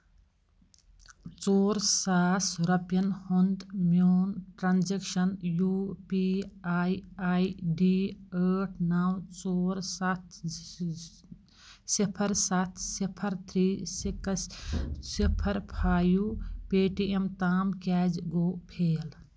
ژور ساس رۄپیَن ہُںٛد میون transaction U P I I D ٲٹھ نَو ژور سَتھ صِفر سَتھ صِفر تھِرٛی سِکٕس صِفر فایِو پے ٹی اٮ۪م تام کیٛازِ گوٚو پھیل